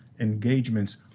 engagements